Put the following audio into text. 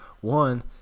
One